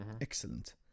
Excellent